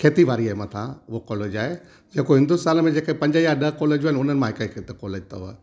खेतीबाड़ी ये मथां हो कॉलेज आहे जेको हिंदुस्तान में जेके पंज या ॾह कॉलेजूं आहिनि हुननि मां हिकु हिते कॉलेज अथव